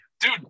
Dude